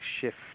shift